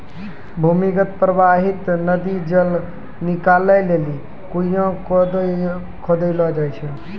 भूमीगत परबाहित नदी जल निकालै लेलि कुण्यां खोदलो जाय छै